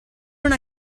una